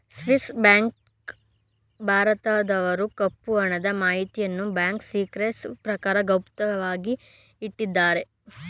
Swiss bank ಭಾರತದವರ ಕಪ್ಪು ಹಣದ ಮಾಹಿತಿಯನ್ನು ಬ್ಯಾಂಕ್ ಸಿಕ್ರೆಸಿ ಪ್ರಕಾರ ಗೌಪ್ಯವಾಗಿ ಇಟ್ಟಿದ್ದಾರೆ